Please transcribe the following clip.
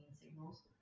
signals